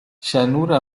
llanura